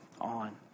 on